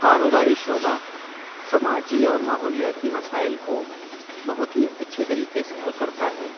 کاروباری شعبہ سماجی اور ماحولیاتی مسائل کو بہت ہی اچھے طریقے سے حل کرتا ہے